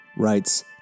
writes